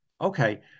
Okay